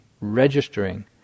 registering